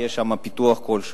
יהיה שם פיתוח כלשהו.